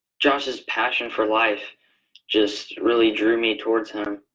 josh's passion for life just really drew me towards him.